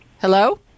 Hello